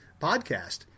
podcast